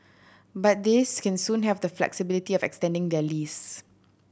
but they can soon have the flexibility of extending their lease